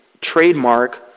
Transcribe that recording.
trademark